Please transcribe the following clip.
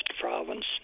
province